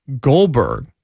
Goldberg